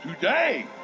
Today